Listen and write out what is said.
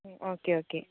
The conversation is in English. okay okay